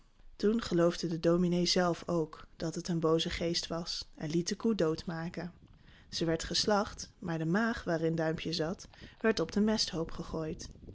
toen geloofde de dominé zelf ook dat het een booze geest was en liet de koe dood maken ze werd geslacht maar de maag waarin duimpje zat werd op de mesthoop gegooid